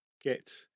get